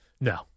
No